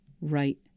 right